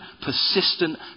persistent